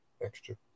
extra